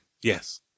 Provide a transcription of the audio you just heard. yes